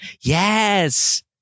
Yes